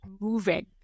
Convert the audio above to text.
moving